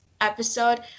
episode